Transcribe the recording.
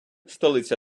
столиця